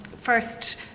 first